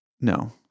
No